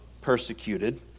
persecuted